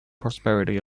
prosperity